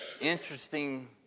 Interesting